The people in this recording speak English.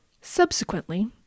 Subsequently